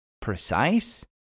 precise